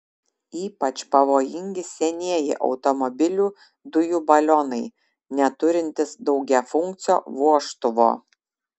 ypač pavojingi senieji automobilių dujų balionai neturintys daugiafunkcio vožtuvo